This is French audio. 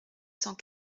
cent